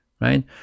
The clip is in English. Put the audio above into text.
right